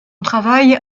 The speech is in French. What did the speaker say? travail